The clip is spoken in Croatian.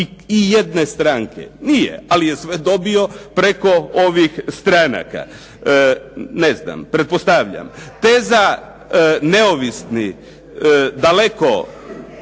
ijedne stranke? Nije, ali je sve dobio preko ovih stranaka. Ne znam, pretpostavljam. Teza neovisni daleko